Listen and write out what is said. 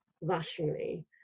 rationally